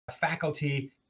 faculty